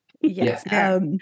yes